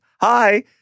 hi